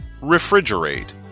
Refrigerate